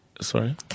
Sorry